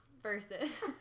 Versus